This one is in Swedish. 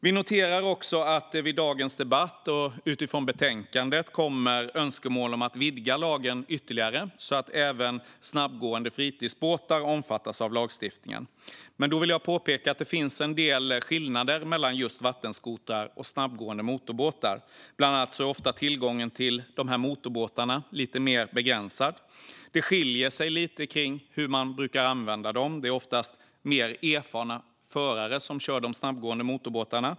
Vi noterar att det i dagens debatt och utifrån betänkandet kommer önskemål om att vidga lagen ytterligare, så att även snabbgående fritidsbåtar omfattas av lagstiftningen. Men då vill jag påpeka att det finns en del skillnader mellan vattenskotrar och snabbgående motorbåtar. Bland annat är ofta tillgången till de här motorbåtarna lite mer begränsad. Det skiljer sig också lite hur man brukar använda dem. Det är oftast mer erfarna förare som kör de snabbgående motorbåtarna.